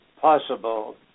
possible